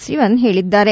ಸಿವನ್ ಹೇಳಿದ್ದಾರೆ